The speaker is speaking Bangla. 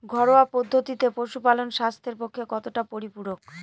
ঘরোয়া পদ্ধতিতে পশুপালন স্বাস্থ্যের পক্ষে কতটা পরিপূরক?